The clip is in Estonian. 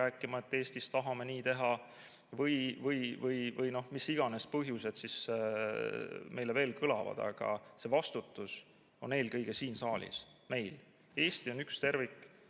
rääkima, et me Eestis tahame nii teha, või mis iganes põhjuseid meile veel [tuuakse]. Aga see vastutus on eelkõige siin saalis, meil. Eesti on üks tervik